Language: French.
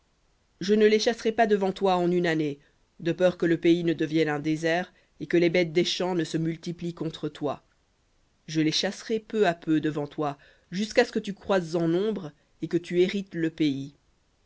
je ne les chasserai pas devant toi en une année de peur que le pays ne devienne un désert et que les bêtes des champs ne se multiplient contre toi je les chasserai peu à peu devant toi jusqu'à ce que tu croisses en nombre et que tu hérites le pays